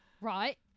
Right